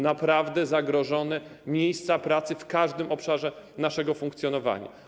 Naprawdę są zagrożone miejsca pracy w każdym obszarze naszego funkcjonowania.